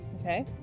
Okay